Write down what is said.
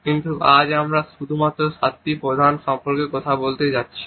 কিন্তু আজ আমরা শুধুমাত্র সাতটি প্রধান সম্পর্কে কথা বলতে যাচ্ছি